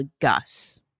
Gus